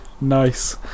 nice